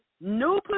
new